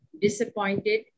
disappointed